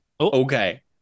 Okay